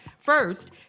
First